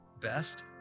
best